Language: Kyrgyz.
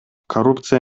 коррупция